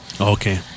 Okay